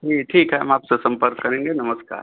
जी ठीक है हम आपसे संपर्क करेंगे नमस्कार